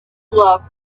loved